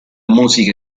musica